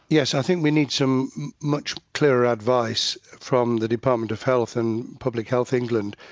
yes i think we need some much clearer advice from the department of health and public health england,